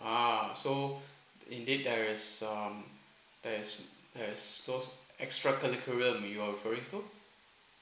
ah so indeed there is some there's there's those extra curriculum you're referring to